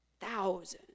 thousands